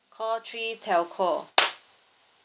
call three telco